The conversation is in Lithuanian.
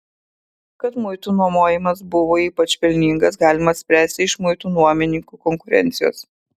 kad muitų nuomojimas buvo ypač pelningas galima spręsti iš muitų nuomininkų konkurencijos